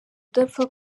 udapfa